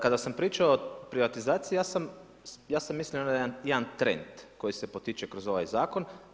Kada sam pričao o privatizaciji ja sam mislio na jedan trend koji se potiče kroz ovaj zakon.